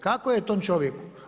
Kako je tom čovjeku?